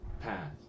path